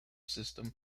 system